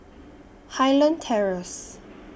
Highland Terrace